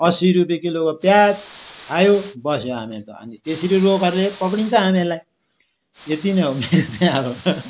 असी रुपियाँ किलोको प्याज खायो बस्यो हामीहरू त अनि त्यसरी रोगहरूले पक्रिन्छ हामीहरूलाई यति नै हो मेरो चाहिँ अब